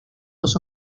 dos